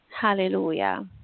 Hallelujah